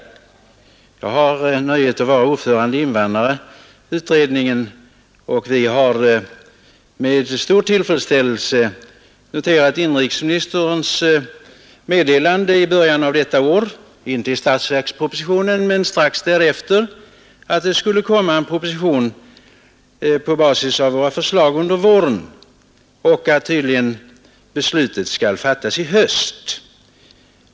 Jag har nöjet att vara ordförande i invandrarutredningen, och vi har med stor tillfredsställelse noterat inrikesministerns meddelande i början av detta år — inte i statsverkspropositionen men strax därefter — att det skulle komma en proposition på basis av våra förslag under våren och att beslutet tydligen skall fattas i höst.